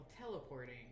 teleporting